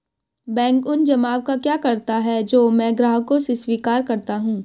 Bank उन जमाव का क्या करता है जो मैं ग्राहकों से स्वीकार करता हूँ?